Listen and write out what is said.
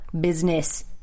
business